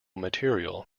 material